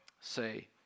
say